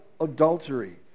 adultery